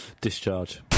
Discharge